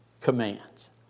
commands